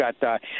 got